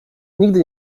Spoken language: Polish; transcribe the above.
nigdy